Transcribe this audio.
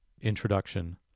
introduction